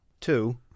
Two